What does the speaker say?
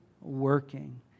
working